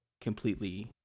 completely